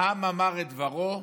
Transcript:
"העם אמר את דברו",